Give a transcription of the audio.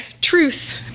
truth